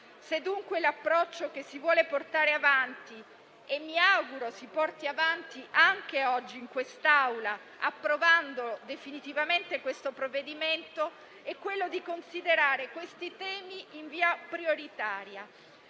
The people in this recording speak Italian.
Se, dunque, l'approccio che si vuole portare avanti - e mi auguro si porti avanti anche oggi in quest'Aula, approvando definitivamente questo provvedimento - è quello di considerare questi temi in via prioritaria,